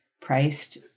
priced